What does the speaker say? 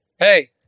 Hey